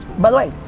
by the way,